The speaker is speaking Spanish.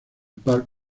park